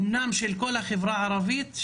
אמנם של כל החברה הערבית,